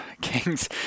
kings